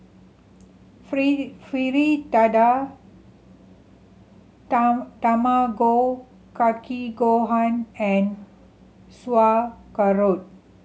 Fritada Tamago Kake Gohan and Sauerkraut